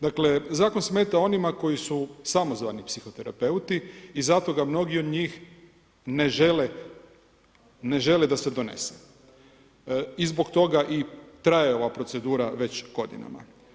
Dakle zakon smeta onima koji su samozvani psihoterapeuti i zato ga mnogi od njih ne žele da se donese i zbog toga i traje ova procedura već godinama.